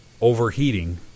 overheating